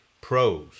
pros